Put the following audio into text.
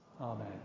Amen